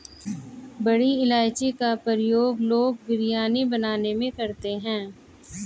बड़ी इलायची का प्रयोग लोग बिरयानी बनाने में करते हैं